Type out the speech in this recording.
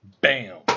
Bam